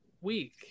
week